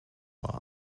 loch